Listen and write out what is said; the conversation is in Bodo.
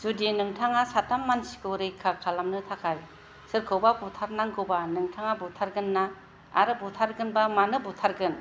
जुदि नोंथाङा साथाम मानसिखौ रैखा खालामनो थाखाय सोरखौबा बुथारनांगौबा नौंथाङा बुथारगोन ना आरो बुथारगोनबा मानो बुथारगोन